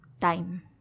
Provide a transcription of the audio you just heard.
Time